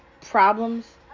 problems